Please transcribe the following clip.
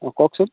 অঁ কওকচোন